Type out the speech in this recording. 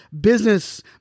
business